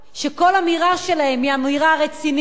שכל אמירה שלהם היא אמירה רצינית,